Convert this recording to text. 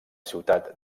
ciutat